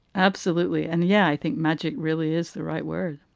absolutely. and yeah, i think magic really is the right word.